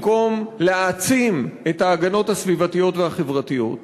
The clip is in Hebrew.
במקום להעצים את ההגנות הסביבתיות והחברתיות,